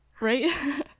right